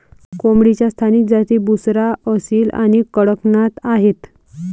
कोंबडीच्या स्थानिक जाती बुसरा, असील आणि कडकनाथ आहेत